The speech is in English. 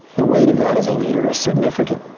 the weight of that as a leader is significant.